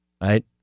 right